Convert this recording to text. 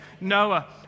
Noah